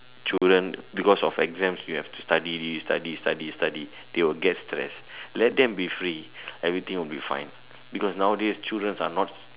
children because of exam they have to study this study study study they'll get stressed let them be free everything will be fine because nowadays children are not